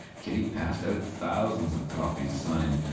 kitty passed out thousands of copies signed,